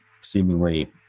seemingly